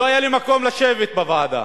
לא היה לי מקום לשבת בוועדה.